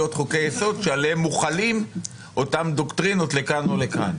חוקי יסוד עליהם מוחלות אותן דוקטרינות לכאן או לכאן.